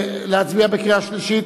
להצביע בקריאה שלישית?